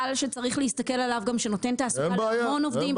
שצריך להסתכל עליו שנותן תעסוקה להמון עובדים.